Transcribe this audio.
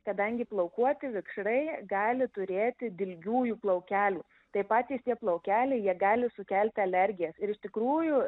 kadangi plaukuoti vikšrai gali turėti dilgiųjų plaukelių tai patys tie plaukeliai jie gali sukelti alergijas ir iš tikrųjų